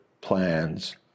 plans